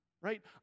right